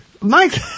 Mike